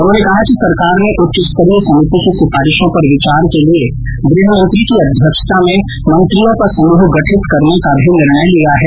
उन्होंने कहा कि सरकार ने उच्चस्तरीय समिति की सिफारिशों पर विचार के लिए गृहमंत्री की अध्यक्षता में मंत्रियों का समूह गठित करने का भी निर्णय लिया है